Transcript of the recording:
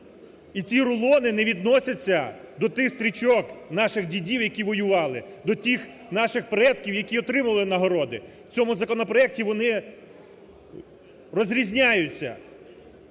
і ці рулони не відносяться до тих стрічок наших дідів, які воювали, до тих наших предків, які отримували нагороди, в цьому законопроекті вони розрізняються.